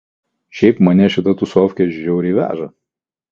šiaip mane šita tūsofkė žiauriai veža